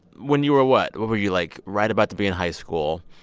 when you were what? what were you, like, right about to be in high school?